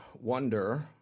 wonder